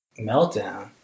Meltdown